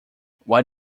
what